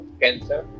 cancer